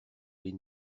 les